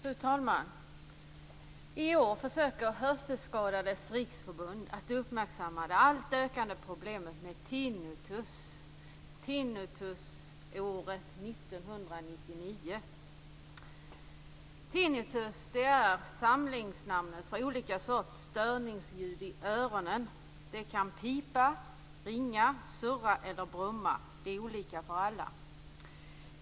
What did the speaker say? Fru talman! I år försöker Hörselskadades Riksförbund att uppmärksamma det allt ökande problemet med tinnitus - Tinnitusåret 1999. Tinnitus är samlingsnamnet för olika slags störningsljud i öronen. Det kan pipa, ringa, surra eller brumma. Det är olika för alla.